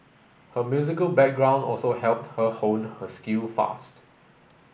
her musical background also helped her hone her skill fast